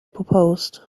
proposed